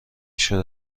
شده